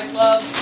love